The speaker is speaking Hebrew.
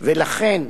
ולכן,